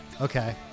Okay